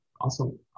Awesome